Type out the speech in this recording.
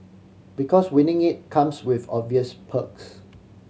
because winning it comes with obvious perks